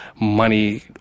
money